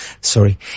sorry